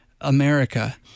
america